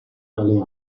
tale